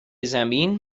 زمین